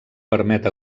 permet